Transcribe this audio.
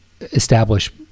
establish